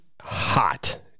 hot